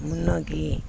முன்னோக்கி